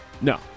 No